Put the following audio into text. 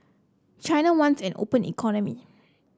China wants an open economy